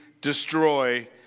destroy